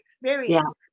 experience